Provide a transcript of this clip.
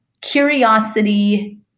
curiosity